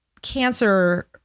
Cancer